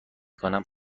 کنم